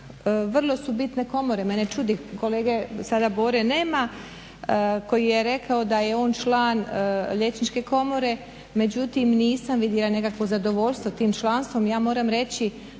vrlo su bitne komore. Mene čudi, kolege sada Bore nema koji je rekao da je on član Liječničke komore. Međutim, nisam vidjela nekakvo zadovoljstvo tim članstvom. Ja moram reći